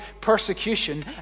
persecution